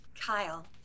Kyle